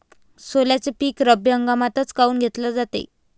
सोल्याचं पीक रब्बी हंगामातच काऊन घेतलं जाते?